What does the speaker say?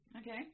okay